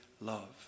love